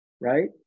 right